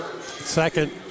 Second